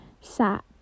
sat